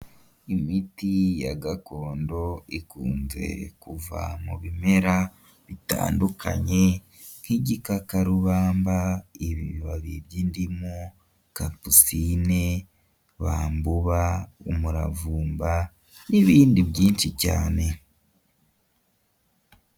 Imiti ya gakondo ikunze kuva mu bimera bitandukanye nk'igikakarubamba, ibibabi by'indimu, capitine, bambuba , umuravumba n'ibindi byinshi cyane.